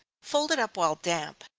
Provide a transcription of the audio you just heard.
fold it up while damp,